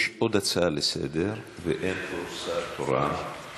יש עוד הצעה לסדר-היום, ואין פה שר תורן.